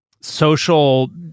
social